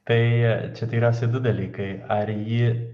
tai čia tikriausiai du dalykai ar jį